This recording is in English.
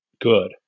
good